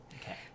okay